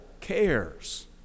cares